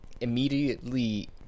immediately